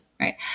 right